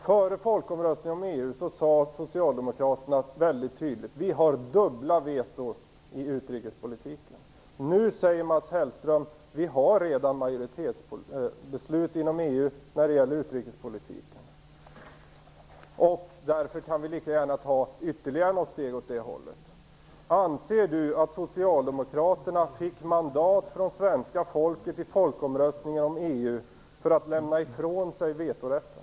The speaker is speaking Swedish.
Före folkomröstningen om EU sade Socialdemokraterna väldigt tydligt: Vi har dubbla veto i utrikespolitiken. Nu säger Mats Hellström: Vi har redan majoritetsbeslut inom EU när det gäller utrikespolitiken, och därför kan vi lika gärna ta ytterligare något steg åt det hållet. Anser Mats Hellström att Socialdemokraterna i folkomröstningen om EU fick mandat från svenska folket för att lämna ifrån sig vetorätten?